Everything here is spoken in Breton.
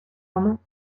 amañ